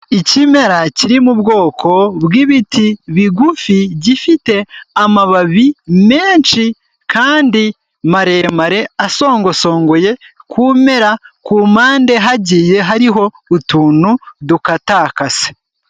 Ikimera kiri mu bwoko bw'ibiti bigufi gifite amababi menshi kandi maremare asongosongoye. Ku mpera, ku mpande hagiye hariho utuntu dukatakase.